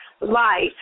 life